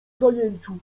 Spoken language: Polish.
zajęciu